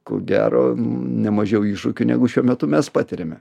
ko gero nemažiau iššūkių negu šiuo metu mes patiriame